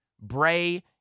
Bray